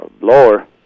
blower